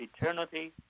eternity